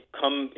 come